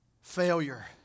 failure